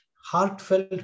heartfelt